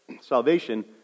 Salvation